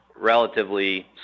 relatively